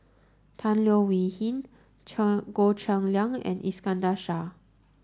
Tan Leo Wee Hin Cheng Goh Cheng Liang and Iskandar Shah